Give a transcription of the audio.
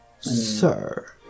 sir